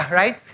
right